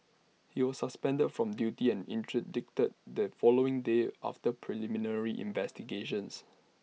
he was suspended from duty and interdicted the following day after preliminary investigations